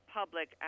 public